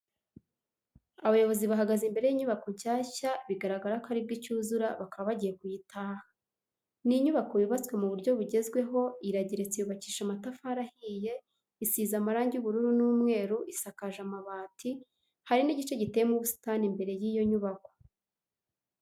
Abayobozi bahagaze imbere y'inyubako nshyashya bigaragara ko aribwo icyuzura bakaba bagiye kuyitaha. Ni inyubako yubatswe mu buryo bugezweho , irageretse yubakishije amatafari ahiye isize amarangi y'ubururu n'umweru isakaje amabati, hari n'igice giteyemo ubusitani imbere y'iyo nyubako.